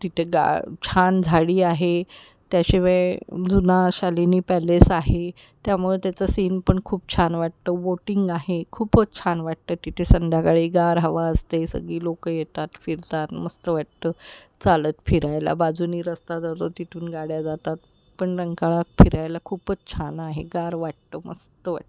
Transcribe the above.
तिते गा छान झाडी आहे त्याशिवाय जुना शालिनी पॅलेस आहे त्यामुळे त्याचं सीन पण खूप छान वाटतो बोटिंग आहे खूपच छान वाटतं तिथे संध्याकाळी गार हवा असते सगळी लोकं येतात फिरतात मस्त वाटतं चालत फिरायला बाजूने रस्ता जातो तिथून गाड्या जातात पण रंकाळात फिरायला खूपच छान आहे गार वाटतं मस्त वाटतं